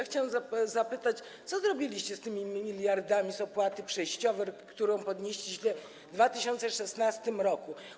Chciałabym zapytać, co zrobiliście z tymi miliardami z opłaty przejściowej, którą podnieśliście w 2016 r.